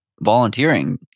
volunteering